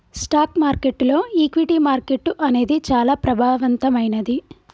stock మార్కెట్టులో equity market అనేది చానా ప్రభావవంతమైంది